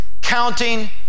counting